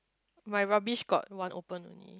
my rubbish got one open only